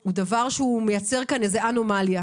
הוא דבר שמייצר כאן אנומליה,